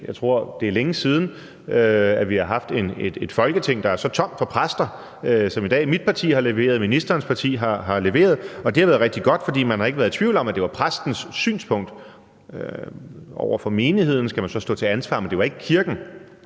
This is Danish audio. jeg tror, det er længe siden, at vi har haft et Folketing, der er så tomt for præster som i dag. Mit parti har leveret, og ministerens parti har leveret, og det har været rigtig godt, fordi man ikke har været i tvivl om, at det var præstens synspunkt. Over for menigheden skal man så stå til ansvar, men det var ikke kirken.